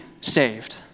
saved